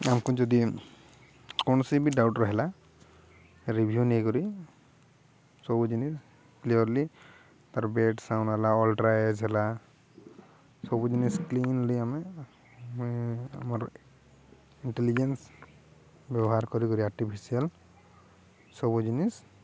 ଆମକୁ ଯଦି କୌଣସି ବି ଡାଉଟ୍ ରହିଲା ରିଭ୍ୟୁ ନେଇକରି ସବୁ ଜିନିଷ କ୍ଲିଅରଲି ତାର ବେଡ୍ ସାଉଣ୍ଡ ହେଲା ଅଲଟ୍ରାଏଜ ହେଲା ସବୁ ଜିନିଷ କ୍ଲିନଲି ଆମେ ଆମର ଇଣ୍ଟେଲିଜେନ୍ସ ବ୍ୟବହାର କରିିକିରି ଆର୍ଟିଫିସିଆଲ ସବୁ ଜିନିଷ